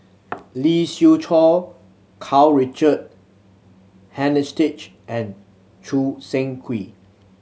Lee Siew Choh Karl Richard Hanitsch and Choo Seng Quee